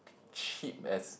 cheap as